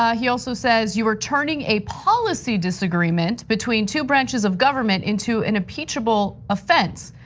ah he also says you were turning a policy disagreement between two branches of government into an impeachable offense.